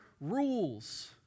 rules